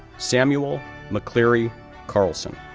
samuel mccleary carlson,